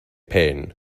pain